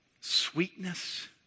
sweetness